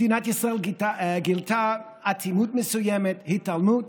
מדינת ישראל גילתה אטימות מסוימת, התעלמות.